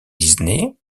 disney